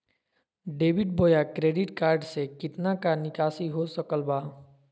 Debit बोया credit card से कितना का निकासी हो सकल बा?